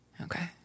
okay